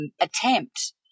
attempt